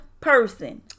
Person